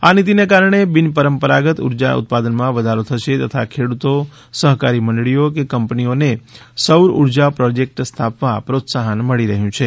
આ નીતિના કારણે બિન પરંપરાગત ઉર્જા ઉત્પાદનમાં વધારો થશે તથા ખેડૂતો સહકારી મંડળીઓ કે કંપનીઓને સૌર ઉર્જા પ્રોજેક્ટ સ્થાપવા પ્રોત્સાહન મળી રહ્યું છે